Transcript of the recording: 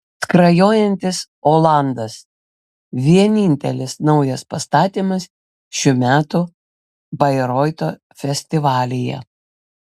skrajojantis olandas vienintelis naujas pastatymas šių metų bairoito festivalyje